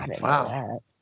Wow